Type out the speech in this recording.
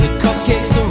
cupcakes